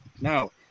No